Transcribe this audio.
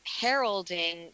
heralding